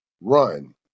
run